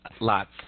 lots